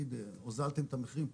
להגיד הוזלתם את המחירים,